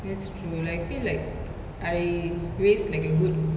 that's true like I feel like I waste like a good